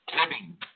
Living